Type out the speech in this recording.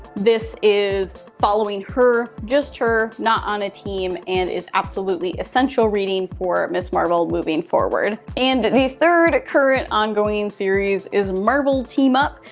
this is following just her not on a team and is absolutely essential reading for ms marvel moving forward. and the third current ongoing series is marvel team-up.